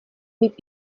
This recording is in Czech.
mít